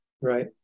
Right